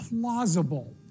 plausible